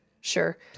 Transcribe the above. Sure